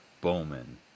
Bowman